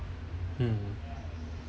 mm